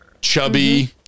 chubby